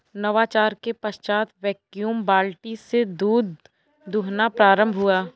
नवाचार के पश्चात वैक्यूम बाल्टी से दूध दुहना प्रारंभ हुआ